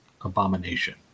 abomination